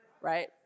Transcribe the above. right